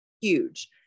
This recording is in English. huge